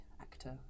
actor